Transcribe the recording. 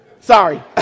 Sorry